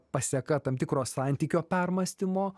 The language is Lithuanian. paseka tam tikro santykio permąstymo